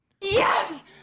Yes